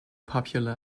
popular